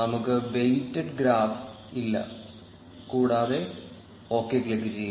നമുക്ക് weighted graph ഇല്ല കൂടാതെ ഒകെ ക്ലിക്ക് ചെയ്യുക